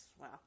Wow